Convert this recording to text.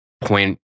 point